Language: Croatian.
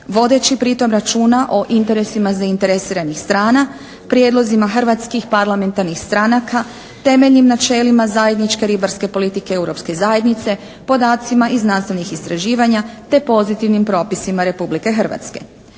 vodeći pri tom računa o interesima zainteresiranih strana, prijedlozima hrvatskih parlamentarnih stranaka, temeljnim načelima zajedničke ribarske politike Europske zajednice, podacima iz nastavnih istraživanja te pozitivnim propisima Republike Hrvatske.